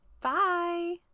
Bye